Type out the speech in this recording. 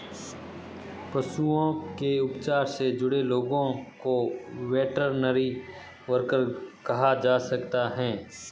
पशुओं के उपचार से जुड़े लोगों को वेटरनरी वर्कर कहा जा सकता है